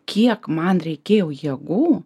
kiek man reikėjo jėgų